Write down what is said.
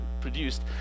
produced